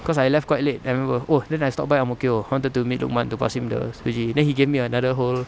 cause I left quite late I remember oh then I stopped by ang mo kio I wanted to meet tok mat to pass him the suji then he gave me another whole